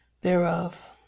thereof